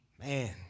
Man